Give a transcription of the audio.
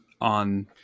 on